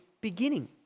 beginning